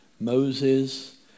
Moses